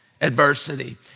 adversity